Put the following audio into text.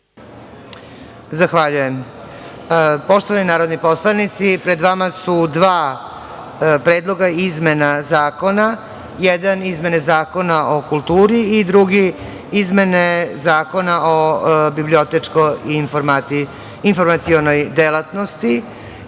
Zahvaljujem. Poštovani narodni poslanici, pred vama su dva predloga izmena zakona - izmene Zakona o kulturi i izmene Zakona o bibliotečko-informacionoj delatnosti.